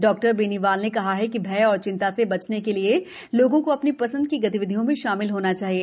doctor Beniwal ने कहा कि भय और चिंता से बचने के लिए लोगों को अ नी संद की गतिविधियों में शामिल होना चाहिए